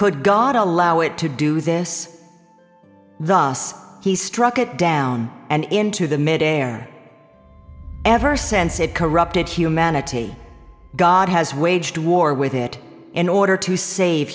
could god allow it to do this thus he struck it down and into the mid air ever since it corrupted humanity god has waged war with it in order to save